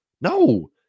No